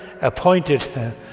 appointed